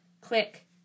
click